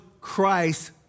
Christ